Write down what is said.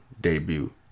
debut